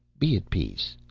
be at peace,